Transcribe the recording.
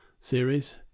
series